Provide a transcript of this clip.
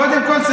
קודם כול,